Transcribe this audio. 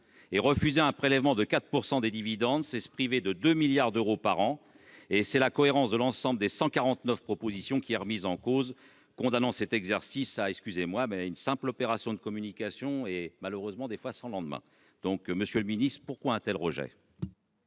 Refuser un prélèvement de 4 % des dividendes, c'est se priver de 2 milliards d'euros par an, et c'est la cohérence de l'ensemble des 149 propositions qui est remise en cause, condamnant cet exercice à une simple opération de communication malheureusement sans lendemain. Monsieur le ministre, pourquoi un tel rejet ?